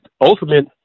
ultimate